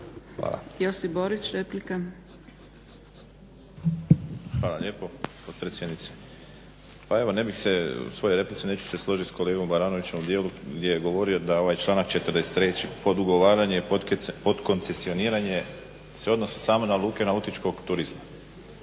Josip (HDZ)** Hvala lijepo potpredsjednice. Pa u svojoj replici neću se složiti s kolegom Baranovićem u dijelu gdje je govorio da ovaj članak 43.podugovaranje i podkoncesioniranje se odnosi samo na luke nautičkog turizma.